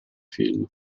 film